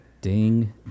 Ding